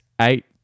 eight